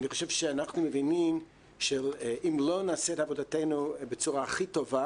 אני חושב שאנחנו מבינים שאם לא נעשה את עבודתנו בצורה הכי טובה